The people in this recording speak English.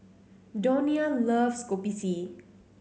Donia loves Kopi C